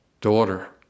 Daughter